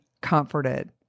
comforted